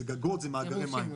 זה גגות, זה מאגרי מים.